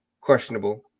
questionable